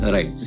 Right